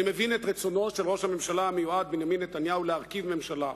אני מבין את רצונו של ראש הממשלה המיועד בנימין נתניהו להרכיב ממשלה,